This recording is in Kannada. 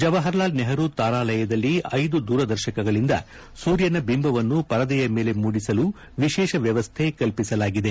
ಜವಾಪರ್ ಲಾಲ್ ನೆಪರೂ ತಾರಾಲಯದಲ್ಲಿ ಐದು ದೂರದರ್ಶಕಗಳಿಂದ ಸೂರ್ಯನ ಬಿಂಬವನ್ನು ಪರದೆಯ ಮೇಲೆ ಮೂಡಿಸಲು ವಿಶೇಷ ವ್ಯವಸ್ಥೆ ಕಲ್ಪಿಸಲಾಗಿದೆ